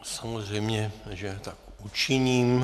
Samozřejmě, že tak učiním.